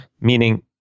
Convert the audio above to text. Meaning